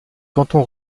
cantons